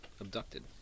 abducted